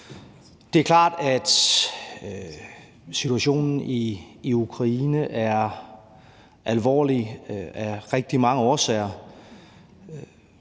Det er klart, at situationen i Ukraine er alvorlig af rigtig mange årsager.